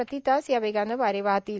प्रति तास या वेगानं वारे वाहतील